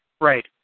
right